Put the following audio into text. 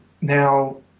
Now